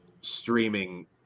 streaming